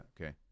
Okay